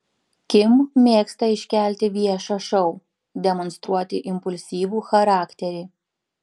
kim mėgsta iškelti viešą šou demonstruoti impulsyvų charakterį